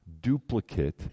duplicate